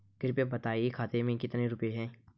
कृपया बताएं खाते में कितने रुपए हैं?